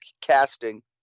casting